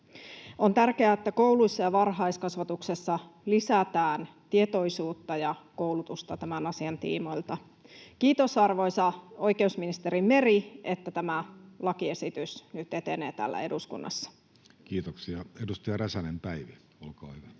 On tärkeää, että kouluissa ja varhaiskasvatuksessa lisätään tietoisuutta ja koulutusta tämän asian tiimoilta. Kiitos, arvoisa oikeusministeri Meri, että tämä lakiesitys nyt etenee täällä eduskunnassa. [Speech 123] Speaker: Jussi Halla-aho